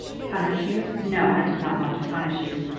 punish you no i did not want to punish you.